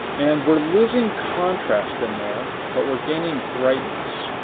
and we're losing contrast in there but we're gaining brightness.